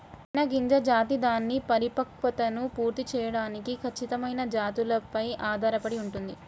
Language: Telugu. పైన్ గింజ జాతి దాని పరిపక్వతను పూర్తి చేయడానికి ఖచ్చితమైన జాతులపై ఆధారపడి ఉంటుంది